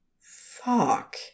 Fuck